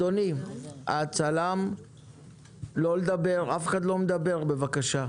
אף אחד לא מדבר בבקשה.